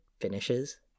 finishes